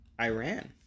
Iran